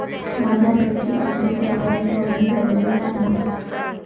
माझ्या पे.टी.एमचे के.वाय.सी अजून झालेले नाही